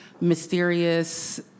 mysterious